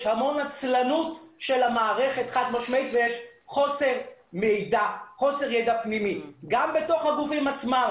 יש המון עצלנות של המערכת ויש חוסר יידע פנימי גם בתוך הגופים עצמם.